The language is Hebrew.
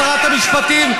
שרת המשפטים,